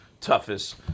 toughest